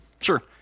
Sure